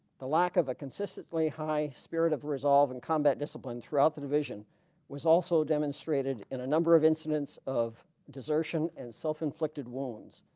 the lack of a consistently high spirit of resolve and combat discipline throughout the division was also demonstrated in a number of incidents of desertion and self-inflicted wounds